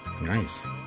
Nice